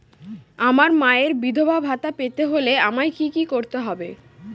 আমার মায়ের বিধবা ভাতা পেতে হলে আমায় কি কি করতে হবে?